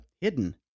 hidden